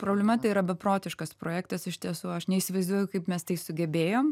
problema tai yra beprotiškas projektas iš tiesų aš neįsivaizduoju kaip mes tai sugebėjom